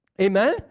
Amen